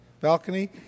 balcony